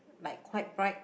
like quite bright